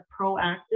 proactive